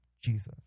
Jesus